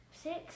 six